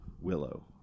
Willow